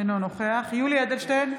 אינו נוכח יולי יואל אדלשטיין,